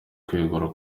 kwegura